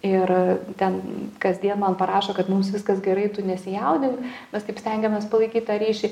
ir ten kasdien man parašo kad mums viskas gerai tu nesijaudink mes taip stengiamės palaikyt tą ryšį